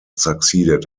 succeeded